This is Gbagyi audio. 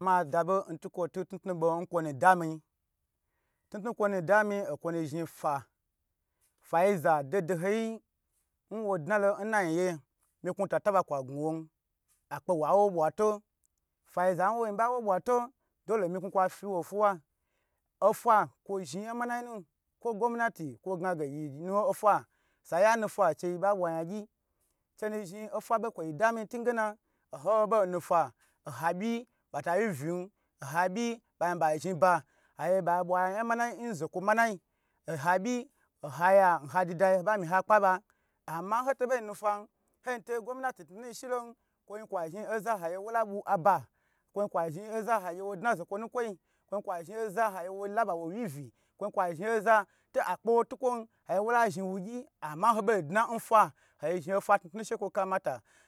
Nmada bo ntukwo tu tnu tnu bo nkwonu da mi tnu tnu kwo nu da minkwo ni zhni fa, fayi za doho ho yi wo dna lo nayinye miknu ta taba kwa gnu won akpe wa wo bwato fayi nwo bayi ba wo bwato dolu miknu kwa fi wo fuwa, ofa kwo zhni yan manayinu kwo gwominati kwo gna ge yinu ofa oya nufa che yibabwa nyan gyi chenu zhni ofa bo kwo dam tingen oza wo bo nufan oha byi bata wyi vi oha byi ban ba zhi ba abwa yan manana n zokwo mana. Oha byi n haya nhadida yi obga mi ha kpa ba ama nho to bo nu fan ho to gomnatu tnu tnu n shilon kun kwa zhin oza agye wo la bwi aba kwon kwa zhin oza agye wo dna zokwo nukwoyi kwon kwa zhni oza ayyo wo wi ovi, kwan kwa zhni oza to kpo wo tu kwon aye wola zhni wu gyi yi ama bo dna fa ho zhni ofa tnu tnu she kwo la kamata.